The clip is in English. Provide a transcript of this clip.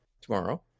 tomorrow